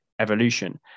evolution